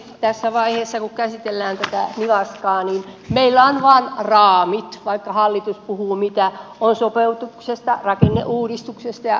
tässä vaiheessa kun käsitellään tätä nivaskaa niin meillä on vain raamit vaikka hallitus puhuu mitä on sopeutuksesta rakenneuudistuksesta ja sotesta